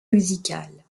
musicales